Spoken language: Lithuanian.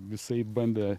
visaip bandė